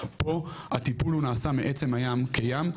פה הטיפול הוא נעשה מעצם הים כים,